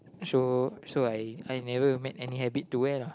so so I I never met any habit to wear lah